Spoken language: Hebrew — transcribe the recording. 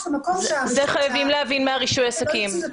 את הדבר הזה חייבים להבין מרישוי עסקים.